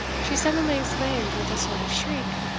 she suddenly exclaimed with a sort of shriek,